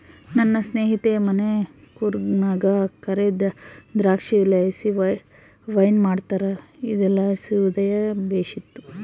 ನನ್ನ ಸ್ನೇಹಿತೆಯ ಮನೆ ಕೂರ್ಗ್ನಾಗ ಕರೇ ದ್ರಾಕ್ಷಿಲಾಸಿ ವೈನ್ ಮಾಡ್ತಾರ ಇದುರ್ಲಾಸಿ ಹೃದಯ ಬೇಶಿತ್ತು